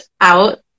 out